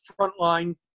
frontline